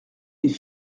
est